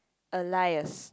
Alias